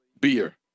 beer